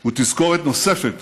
הוא תזכורת נוספת